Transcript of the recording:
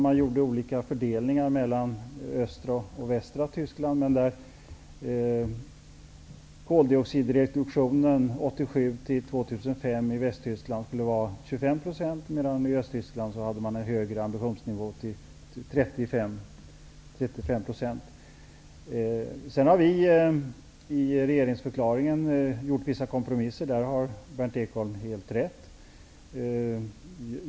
Man gjorde olika fördelningar mellan östra och västra Tyskland. 25 % från 1987 till 2005, medan man i Östtyskland hade en högre ambitionsnivå, 35 % minskning. Vi har i regeringsförklaringen gjort vissa kompromisser -- där har Berndt Ekholm helt rätt.